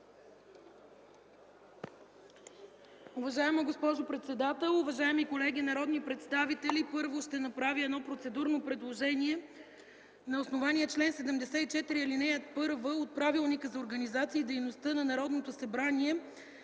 Уважаема госпожо председател, уважаеми колеги народни представители, първо ще направя едно процедурно предложение: на основание чл. 74, ал. 1 от Правилника за организацията и дейността на Народното събрание,